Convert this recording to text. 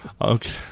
Okay